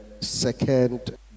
second